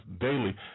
daily